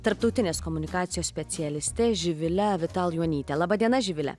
tarptautinės komunikacijos specialiste živile avital juonyte laba diena živile